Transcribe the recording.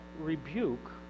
rebuke